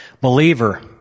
Believer